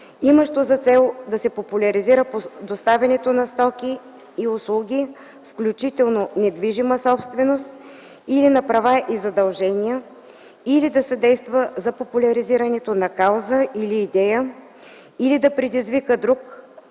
имащо за цел да се популяризира доставянето на стоки и услуги, включително недвижима собственост, или на права и задължения, или да съдейства за популяризирането на кауза или идея, или да предизвика друг